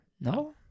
No